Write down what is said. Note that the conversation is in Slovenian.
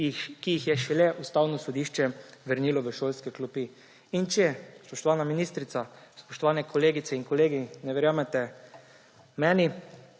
ki jih je šele Ustavno sodišče vrnilo v šolske klopi. Če, spoštovana ministrica, spoštovane kolegice in kolegi, ne verjamete meni,